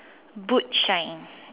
boot shine